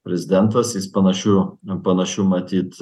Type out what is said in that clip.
prezidentas jis panašiu nu panašiu matyt